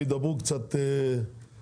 והם ידברו קצת במליאה,